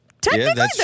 Technically